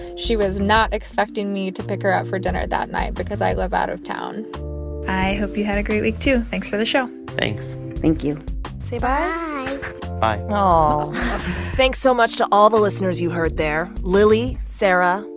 she was not expecting me to pick her up for dinner that night because i live out of town i hope you had a great week, too. thanks for the show thanks thank you say bye bye bye aw thanks so much to all the listeners you heard there lily, sarah,